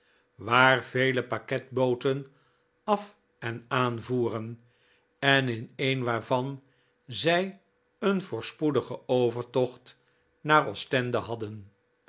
waar vele pakketbooten af en aan voeren en in een waarvan zij een voorspoedigejn overtocht naar ostende hadden